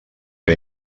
que